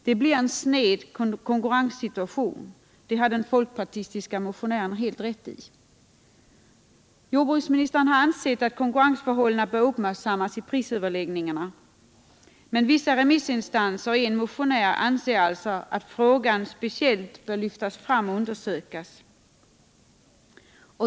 Det blir en sned konkurrenssituation, det har den folkpartistiske motionären helt rätt i. Jordbruksministern har ansett att konkurrensförhållandena bör uppmärksammas i prisöverläggningarna, men vissa remissinstanser och en motionär anser alltså att frågan speciellt bör lyftas fram och undersökas.